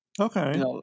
Okay